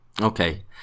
okay